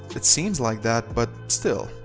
it seems like that, but still,